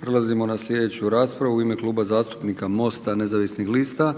Prelazimo na sljedeću raspravu. U ime Kluba zastupnika MOST-a Nezavisnih lista,